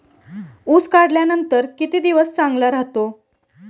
ऊस काढल्यानंतर किती दिवस चांगला राहतो?